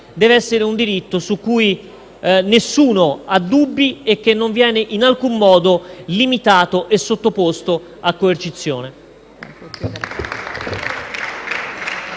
deve essere un diritto su cui nessuno ha dubbi e che non viene in alcun modo limitato e sottoposto a coercizione.